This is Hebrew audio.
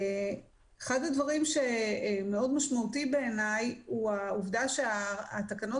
אחד הדברים שמאוד משמעותי בעיניי הוא העובדה שהתקנות